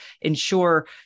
ensure